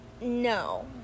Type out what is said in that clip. No